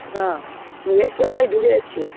না চলে এসছি অনেক দূরে আছি